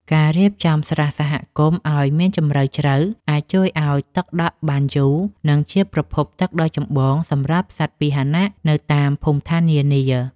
ការរៀបចំស្រះសហគមន៍ឱ្យមានជម្រៅជ្រៅអាចជួយឱ្យទឹកដក់បានយូរ និងជាប្រភពទឹកដ៏ចម្បងសម្រាប់សត្វពាហនៈនៅតាមភូមិឋាននានា។